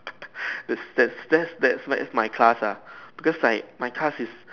that's that's that's that's my class ah because like my class is